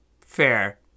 Fair